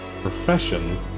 profession